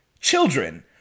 children